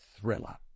thriller